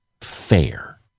fair